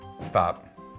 Stop